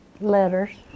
letters